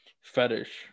fetish